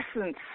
essence